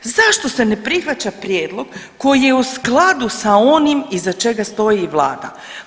Zašto se ne prihvaća prijedlog koji je u skladu sa onim iza čega stoji i vlada.